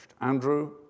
Andrew